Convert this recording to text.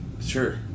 Sure